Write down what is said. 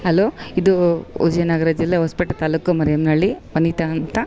hello ಇದೂ ವಿಜಯನಗರ ಜಿಲ್ಲೆ ಹೊಸಪೇಟೆ ತಾಲೂಕು ಮರಿಯಮ್ನಹಳ್ಳಿ ವನಿತಾ ಅಂತ